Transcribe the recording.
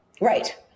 Right